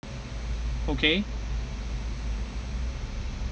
okay